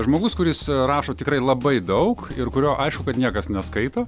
žmogus kuris rašo tikrai labai daug ir kurio aišku kad niekas neskaito